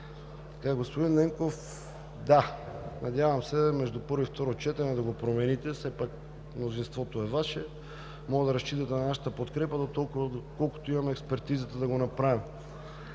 случи. Господин Ненков, да, надявам се между първо и второ четене да го промените. Все пак мнозинството е Ваше и можете да разчитате на нашата подкрепа толкова, доколкото имаме експертизата да го направим.